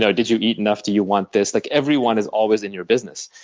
so did you eat enough do you want this? like everyone is always in your business.